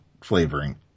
flavoring